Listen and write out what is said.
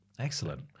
Excellent